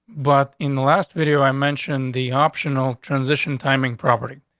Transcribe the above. but in the last video, i mentioned the optional transition timing property.